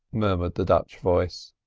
murmured the dutch voice.